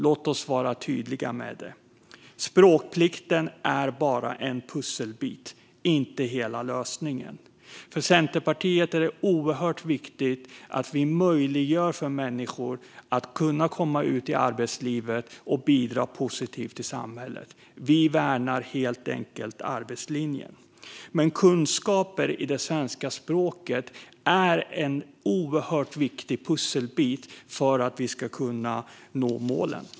Låt oss vara tydliga med det. Språkplikten är bara en pusselbit, inte hela lösningen. För Centerpartiet är det oerhört viktigt att vi möjliggör för människor att komma ut i arbetslivet och bidra positivt till samhället. Vi värnar helt enkelt arbetslinjen, och kunskaper i det svenska språket är en oerhört viktig pusselbit för att vi ska kunna nå målen.